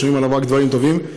שומעים עליו רק דברים טובים.